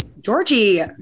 Georgie